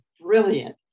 brilliant